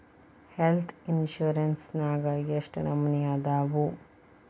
Health insurance ನ್ಯಾಗ್ ಯೆಷ್ಟ್ ನಮನಿ ಅದಾವು?